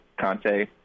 Conte